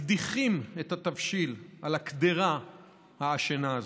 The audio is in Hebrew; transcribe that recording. מקדיחים את התבשיל על הקדרה העשנה הזאת.